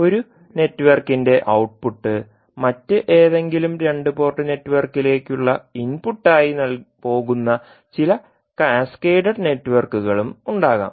ഒരു നെറ്റ്വർക്കിന്റെ ഔട്ട്പുട്ട് മറ്റ് ഏതെങ്കിലും രണ്ട് പോർട്ട് നെറ്റ്വർക്കിലേക്കുള്ള ഇൻപുട്ടായി പോകുന്ന ചില കാസ്കേഡഡ് നെറ്റ്വർക്കുകളും ഉണ്ടാകാം